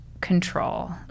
control